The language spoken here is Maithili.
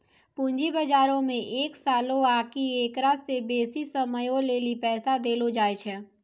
पूंजी बजारो मे एक सालो आकि एकरा से बेसी समयो लेली पैसा देलो जाय छै